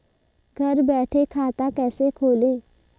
घर बैठे खाता कैसे खोलें?